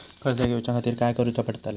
कर्ज घेऊच्या खातीर काय करुचा पडतला?